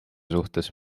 suhtes